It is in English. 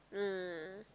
ah